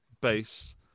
bass